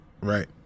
Right